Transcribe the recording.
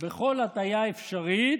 בכל הטיה אפשרית,